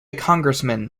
congressman